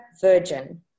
virgin